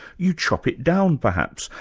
you chop it down, perhaps,